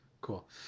cool